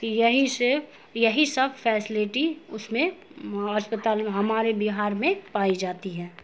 تو یہی یہی سب فیسلٹی اس میں اسپتال میں ہمارے بہار میں پائی جاتی ہیں